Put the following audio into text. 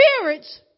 spirits